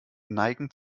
neigen